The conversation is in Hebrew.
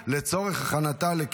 להלן תוצאות ההצבעה: 18 בעד, אין מתנגדים.